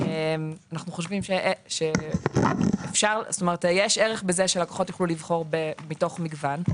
אנו חושבים שיש ערך בזה שלקוחות יוכלו לבחור מתוך מגוון.